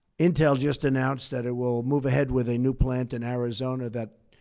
intel just announced that it will move ahead with a new plant in arizona that